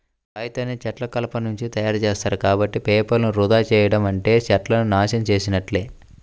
కాగితాన్ని చెట్ల కలపనుంచి తయ్యారుజేత్తారు, కాబట్టి పేపర్లను వృధా చెయ్యడం అంటే చెట్లను నాశనం చేసున్నట్లే